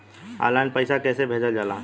Online पैसा कैसे भेजल जाला?